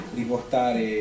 riportare